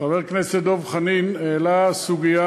חבר הכנסת דב חנין העלה סוגיה